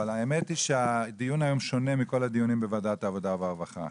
אבל האמת היא שהדיון היום שונה מכל הדיונים בוועדת העבודה והרווחה,